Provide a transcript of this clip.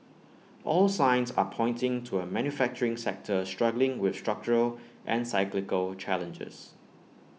all signs are pointing to A manufacturing sector struggling with structural and cyclical challenges